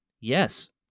yes